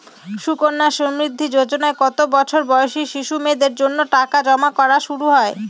সুকন্যা সমৃদ্ধি যোজনায় কত বছর বয়সী শিশু মেয়েদের জন্য টাকা জমা করা শুরু হয়?